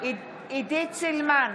עידית סילמן,